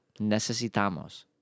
necesitamos